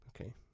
Okay